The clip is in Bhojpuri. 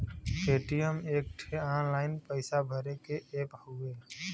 पेटीएम एक ठे ऑनलाइन पइसा भरे के ऐप हउवे